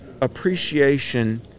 appreciation